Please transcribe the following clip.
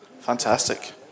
Fantastic